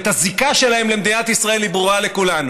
והזיקה שלהם למדינת ישראל היא ברורה לכולנו.